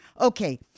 Okay